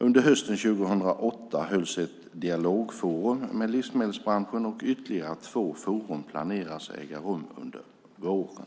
Under hösten 2008 hölls ett dialogforum med livsmedelsbranschen och ytterligare två forum planeras äga rum under våren.